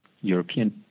European